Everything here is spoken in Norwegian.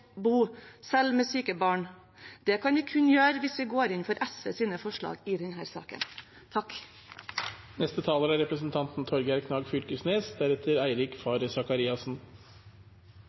bo, selv med syke barn. Det kan vi kun gjøre hvis vi går inn for SVs forslag i denne saken. Det er bra at vi får stoppa den